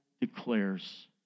declares